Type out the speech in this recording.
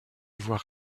voir